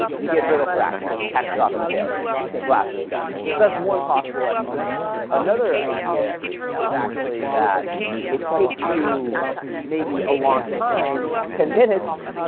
you get brittle fracture catastrophic failure glass is done. so that's one possible explanation. another idea is actually that it takes you maybe a long time, ten minutes,